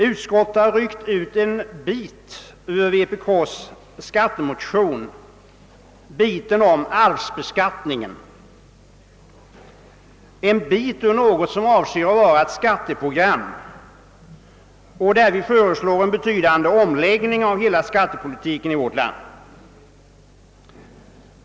Utskottet har ur vår skattemotion ryckt ut biten om arvsbeskattningen — en bit ur något som avser att vara ett skatteprogram med förslag till omläggning av hela skattepolitiken i vårt land.